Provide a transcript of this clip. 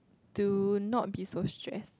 do not be so stress